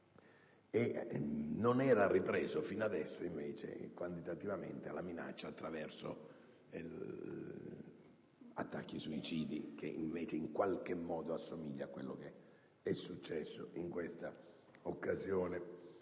non era ripresa fino adesso, quantitativamente, la minaccia attraverso attacchi suicidi che, invece, in qualche modo somiglia a quanto successo in questa occasione.